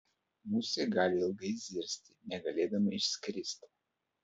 musė gali ilgai zirzti negalėdama išskristi